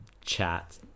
chat